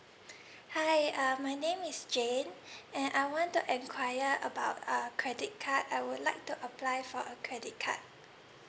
hi uh my name is jane and I want to enquire about uh credit card I would like to apply for a credit card